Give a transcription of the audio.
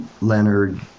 Leonard